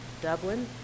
Dublin